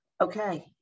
Okay